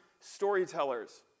storytellers